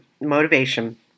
motivation